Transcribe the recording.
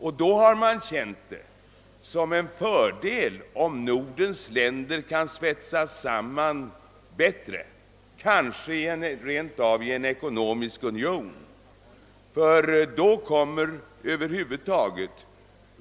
Under dessa omständigheter har man ansett det vara till fördel om de nordiska länderna kunde svetsas samman bättre, kanske rent av i en ekonomisk union. Då kommer nämligen